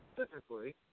specifically